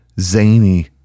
zany